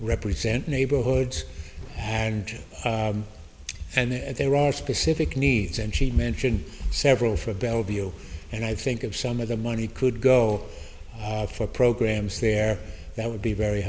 represent neighborhoods and to and that there are specific needs and she mentioned several for bellevue and i think of some of the money could go for programs there that would be very